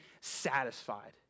satisfied